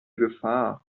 gefahr